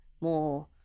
more